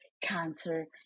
cancer